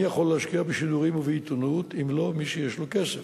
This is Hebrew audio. מי יכול להשקיע בשידורים ובעיתונות אם לא מי שיש לו כסף?